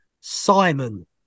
Simon